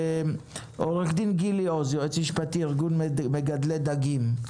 עו"ד גילי עוז, יועץ משפטי, ארגון מגדלי דגים.